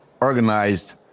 organized